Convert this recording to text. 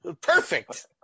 Perfect